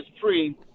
free